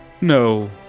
No